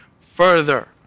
further